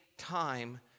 time